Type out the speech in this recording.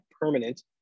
permanent